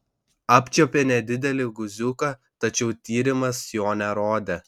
apčiuopė nedidelį guziuką tačiau tyrimas jo nerodė